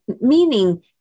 Meaning